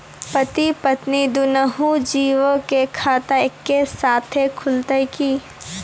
पति पत्नी दुनहु जीबो के खाता एक्के साथै खुलते की?